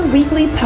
Weekly